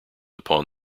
upon